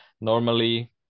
normally